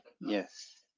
yes